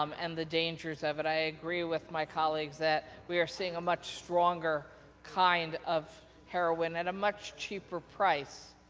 um and the dangers of it. i agree with my colleagues that we are seeing a much stronger kind of heroin and a much cheaper price.